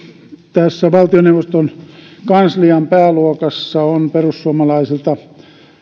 tässä valtioneuvoston kanslian pääluokassa on perussuomalaisilta